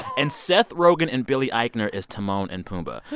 and seth rogen and billy eichner is timon and pumbaa.